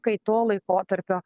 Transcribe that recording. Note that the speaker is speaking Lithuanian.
kai to laikotarpio